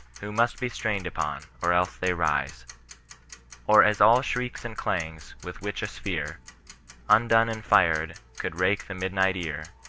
who must be strained upon, or else they rise or as all shrieks and clangs with which a sphere undone and fired, could rake the midni t ear.